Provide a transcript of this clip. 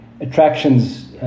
attractions